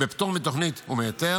בפטור מתוכנית ומהיתר,